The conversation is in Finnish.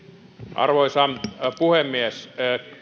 arvoisa puhemies